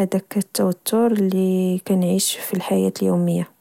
هداك التوتر اللي كنعيش في الحياة اليومية.